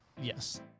Yes